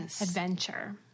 adventure